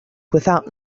without